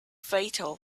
fatal